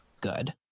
good